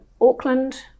Auckland